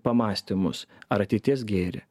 pamąstymus ar ateities gėrį